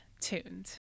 tuned